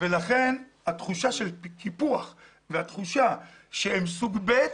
ולכן התחושה של קיפוח והתחושה שהם סוג ב'